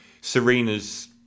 Serena's